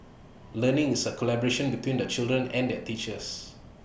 learning is A collaboration between the children and their teachers